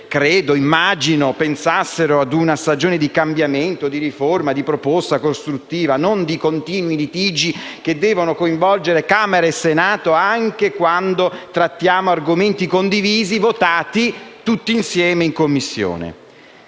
credo e immagino pensassero a una stagione di cambiamento, di riforma, di proposta costruttiva e non a continui litigi che devono coinvolgere Camera e Senato anche quando trattiamo argomenti condivisi, votati tutti insieme in Commissione.